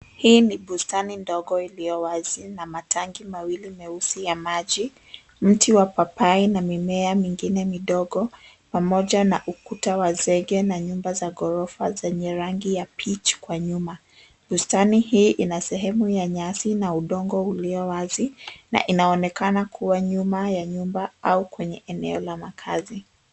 Hii ni bustani ndogo iliyo wazi na matangi mawili meusi ya maji, mti wa papai na mimea mingine midogo pamoja na ukuta wa zege na nyumba za ghorofa zenye rangi ya pitch wa nyuma .Bustani hii ina sehemu ya nyasi na udongo ulio wazi na inaonekana kuwa nyuma ya nyumba au kwenye eneo la makazi.